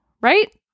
Right